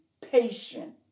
patient